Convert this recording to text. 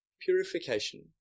Purification